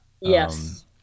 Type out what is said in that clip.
Yes